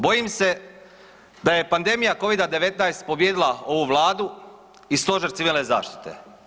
Bojim se da je pandemija Covida-19 pobijedila ovu Vladu i Stožer civilne zaštite.